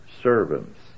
servants